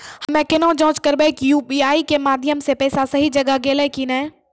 हम्मय केना जाँच करबै की यु.पी.आई के माध्यम से पैसा सही जगह गेलै की नैय?